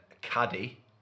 Caddy